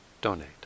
donate